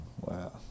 Wow